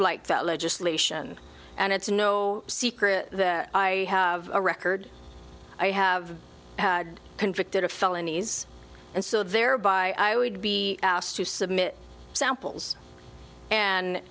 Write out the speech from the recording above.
like that legislation and it's no secret that i have a record i have had convicted of felonies and so thereby i would be asked to submit samples and